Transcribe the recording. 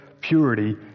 purity